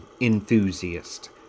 enthusiast